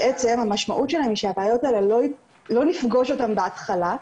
בעצם המשמעות שלהם היא שלא נפגוש את הבעיות האלה בהתחלה,